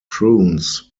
prunes